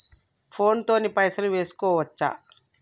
Phone తోని పైసలు వేసుకోవచ్చా?